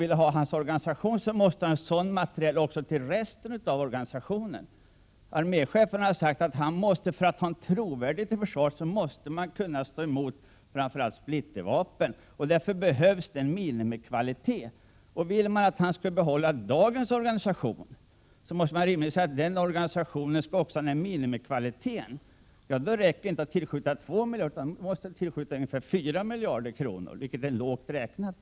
För det behövs ju i så fall ny materiel inte bara till 16 brigader utan också till resten av organisationen. Arméchefen har sagt att man för att få trovärdighet hos armén måste kunna stå emot splittervapen. Därför behövs det en minimikvalitet. Vill man att han skall behålla dagens organisation, måste man rimligtvis säga att den organisationen också skall ha minimikvaliteten, och då räcker det inte att tillskjuta 2 miljarder utan då måste det tillskjutas ungefär 4 miljarder, vilket är lågt räknat.